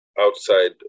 outside